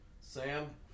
Sam